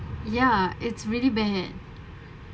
ya it's really bad